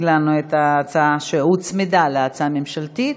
לנו את ההצעה שהוצמדה להצעה הממשלתית,